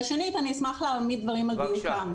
שנית, אני אשמח להעמיד דברים על דיוקם.